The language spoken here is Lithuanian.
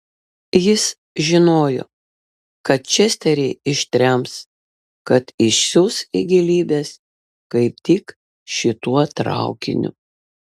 jis žinojo kad česterį ištrems kad išsiųs į gilybes kaip tik šituo traukiniu